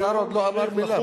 השר עוד לא אמר מלה,